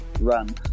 run